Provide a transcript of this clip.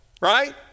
right